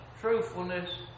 truthfulness